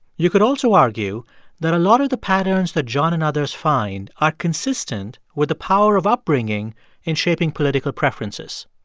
you could also argue that a lot of the patterns that john and others find are consistent with the power of upbringing in shaping political preferences.